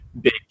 big